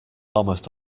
almost